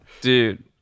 dude